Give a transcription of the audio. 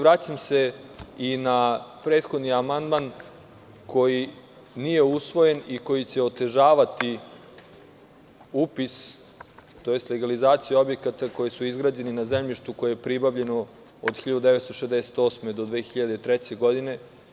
Vraćam se i na prethodni amandman koji nije usvojen i koji će otežavati upis, tj. legalizaciju objekata koji su izgrađeni na zemljištu koje je pribavljeno od 1968. do 2003. godine.